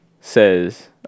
says